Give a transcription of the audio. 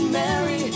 marry